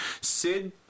Sid